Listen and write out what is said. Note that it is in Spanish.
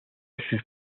sus